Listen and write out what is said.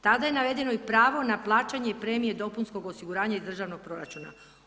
Tada je navedeno i pravo na plaćanje i premije dopunskog osiguranja iz državnog proračuna.